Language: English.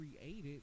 created